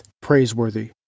praiseworthy